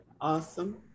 Awesome